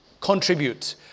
contribute